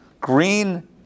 green